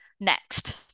next